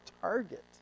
target